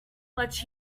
much